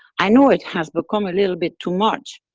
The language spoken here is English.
i know it has become a little bit too much,